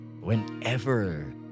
whenever